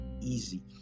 easy